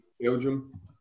Belgium